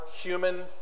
human